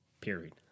period